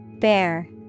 Bear